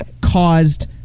caused